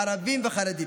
ערבים וחרדים.